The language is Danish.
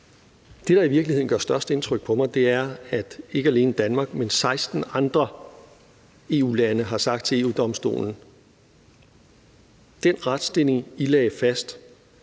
Det, der i virkeligheden gør størst indtryk på mig, er, at ikke alene Danmark, men at 16 andre EU-lande har sagt til EU-Domstolen: Den retsstilling, I lagde fast,